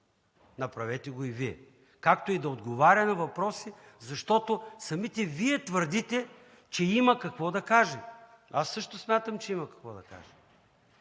направете го и Вие“, както и да отговаря на въпроси, защото самите Вие твърдите, че има какво да каже. Също смятам, че има какво да каже.